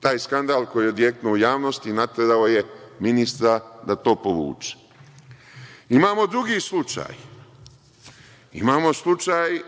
Taj skandal koji je odjeknuo u javnosti naterao je ministra da to povuče. Imamo drugi slučaj. Imamo slučaj